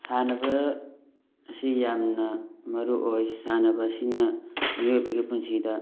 ꯁꯥꯟꯅꯕ ꯑꯁꯤ ꯌꯥꯝꯅ ꯃꯔꯨ ꯑꯣꯏ ꯁꯥꯟꯅꯕ ꯑꯁꯤꯅ ꯃꯤꯑꯣꯏꯕꯒꯤ ꯄꯨꯟꯁꯤꯗ